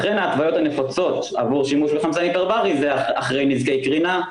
לכן ההתוויות הנפוצות עבור שימוש בחמצן היפרברי זה אחרי נזקי קרינה,